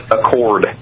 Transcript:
Accord